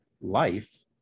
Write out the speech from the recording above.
life